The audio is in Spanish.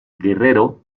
guerrero